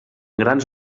grans